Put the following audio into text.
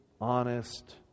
honest